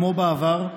כמו בעבר,